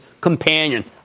companion